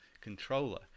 controller